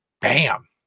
Bam